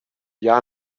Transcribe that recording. jahr